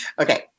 Okay